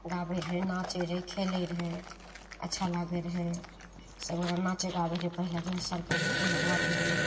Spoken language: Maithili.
गाबय रहय नाचय रहय खेलय रहय अच्छा लागय रहय सब ओकरा नाचय गाबय रहय पहिले भिनसरके पहिलुकवा युगमे